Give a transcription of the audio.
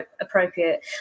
appropriate